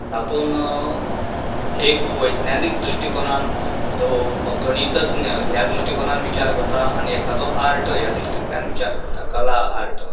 तातूंत एक वैज्ञानीक दृश्टीकोनांत तो गणिततज्ञ ह्या दृश्टीकोनांत विचार करता आनी एकादो आर्ट ह्या दृश्टीकोनांतल्यान विचार करता कला हो आर्ट